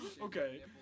Okay